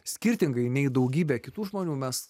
skirtingai nei daugybė kitų žmonių mes